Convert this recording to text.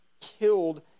killed